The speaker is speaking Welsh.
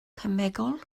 cemegol